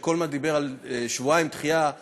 שדיבר על שבועיים דחייה,